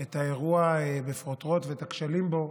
את האירוע בפרוטרוט ואת הכשלים בו.